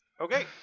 Okay